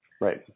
right